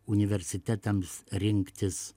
universitetams rinktis